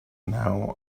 now